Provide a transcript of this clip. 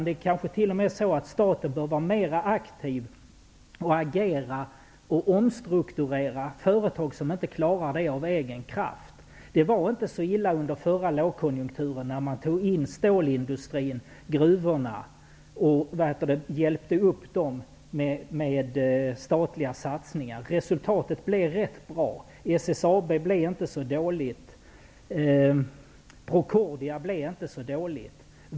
Det är kanske t.o.m. så att staten bör vara mer aktiv och agera och omstrukturera företag som inte klarar det av egen kraft. Det var inte så illa att man under förra lågkonjunkturen hjälpte upp stålindustrin och gruvorna med statliga satsningar. Resultatet blev rätt bra. SSAB och Procordia blev inte så dåliga.